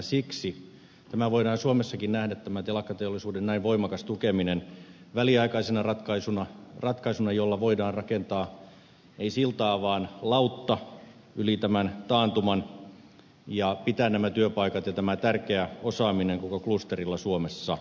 siksi tämä voidaan suomessakin nähdä tämä telakkateollisuuden näin voimakas tukeminen väliaikaisena ratkaisuna jolla voidaan rakentaa ei siltaa vaan lautta yli tämän taantuman ja pitää nämä työpaikat ja tämä tärkeä osaaminen koko klusterilla suomessa